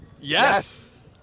Yes